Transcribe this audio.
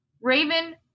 Raven